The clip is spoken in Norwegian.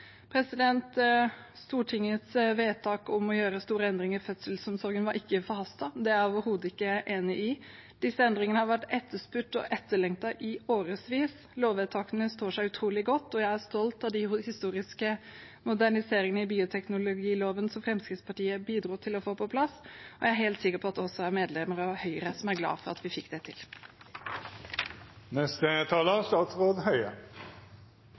Stortingets vedtak om å gjøre store endringer i fødselsomsorgen var ikke forhastet. Det er jeg overhodet ikke enig i. Disse endringene har vært etterspurt og etterlengtet i årevis. Lovvedtakene står seg utrolig godt, og jeg er stolt av de historiske moderniseringene i bioteknologiloven som Fremskrittspartiet bidro til å få på plass. Jeg er helt sikker på at det også er medlemmer av Høyre som er glad for at vi fikk det